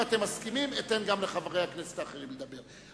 אם אתם מסכימים, אתן גם לחברי הכנסת האחרים לדבר.